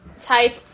type